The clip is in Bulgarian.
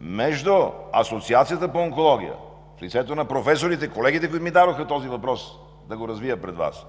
между Асоциацията по онкология, в лицето на професорите, колегите, които ми дадоха този въпрос да го развия пред Вас,